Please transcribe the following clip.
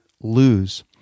lose